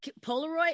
Polaroid